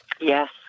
Yes